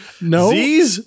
No